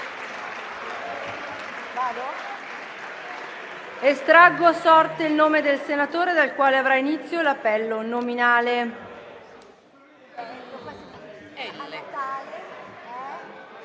Estraggo ora a sorte il nome del senatore dal quale avrà inizio l'appello nominale.